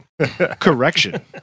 Correction